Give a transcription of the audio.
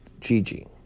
Gigi